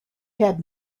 had